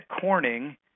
Corning